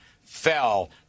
fell